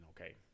okay